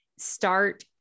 start